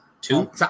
Two